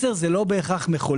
מסר זה לא בהכרח מכולה.